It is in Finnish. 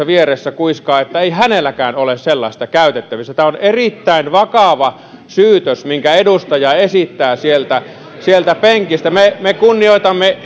vieressä kuiskaa että ei hänelläkään ole sellaista käytettävissä tämä on erittäin vakava syytös minkä edustaja esittää sieltä sieltä penkistä me me kunnioitamme